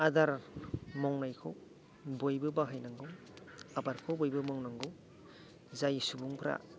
आदार मावनायखौ बयबो बाहायनांगौ आबादखौ बयबो मावनांगौ जाय सुबुंफ्रा